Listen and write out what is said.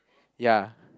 ya